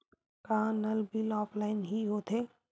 का नल bill offline हि होथे?